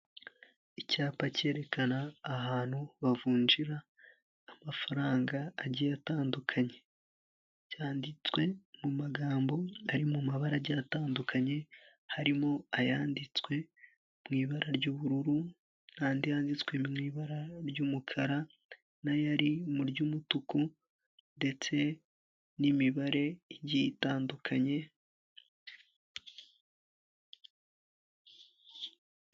Icyapa cyerekana ahantu bavunjira amafaranga agiye atandukanye. Cyanditswe mu magambo ari mu mabara agiye atandukanye, harimo ayanditswe mu ibara ry'ubururu n'andi yanditswe mu ibara ry'umukara n'ari mu ry'umutuku ndetse n'imibare igiye igitandukanye.